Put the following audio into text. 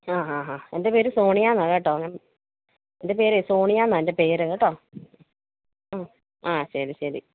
ആ ആ ആ എൻ്റെ പേര് സോണിയ എന്നാണ് കേട്ടോ ഞാൻ എൻ്റെ പേര് സോണിയ എന്നാണ് എൻ്റെ പേര് കേട്ടോ ആ ആ ശരി ശരി